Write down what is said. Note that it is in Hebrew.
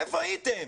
איפה הייתם?